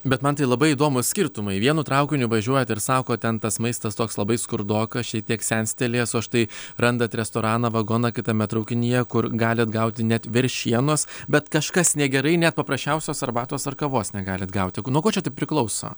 bet man tai labai įdomūs skirtumai vienu traukiniu važiuojat ir sakot ten tas maistas toks labai skurdokas šitiek senstelėjęs o štai randat restoraną vagoną kitame traukinyje kur galit gauti net veršienos bet kažkas negerai net paprasčiausios arbatos ar kavos negalit gauti nuo ko čia tai priklauso